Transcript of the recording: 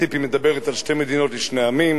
ציפי מדברת על שתי מדינות לשני עמים,